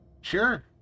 Sure